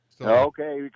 Okay